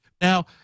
Now